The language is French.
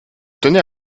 tenais